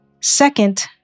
Second